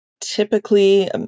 typically